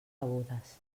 rebudes